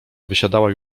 wysiadała